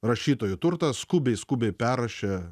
rašytojų turtą skubiai skubiai perrašė